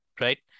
right